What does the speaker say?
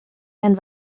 and